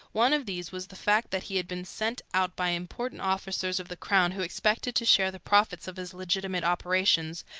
one of these was the fact that he had been sent out by important officers of the crown who expected to share the profits of his legitimate operations,